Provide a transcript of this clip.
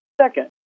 Second